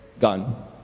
gone